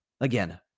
Again